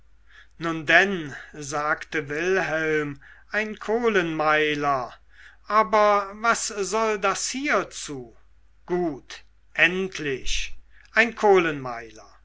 nun denn sagte wilhelm ein kohlenmeiler aber was soll das hierzu gut endlich ein